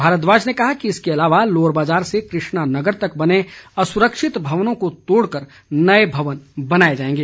भारद्वाज ने कहा कि इसके अलावा लोअर बाज़ार से कृष्णा नगर तक बने असुरक्षित भवनों को तोड़कर नए भवन बनाए जाएंगे